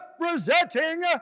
representing